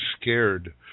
scared